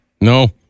No